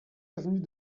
avenue